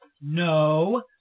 No